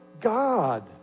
God